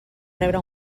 rebre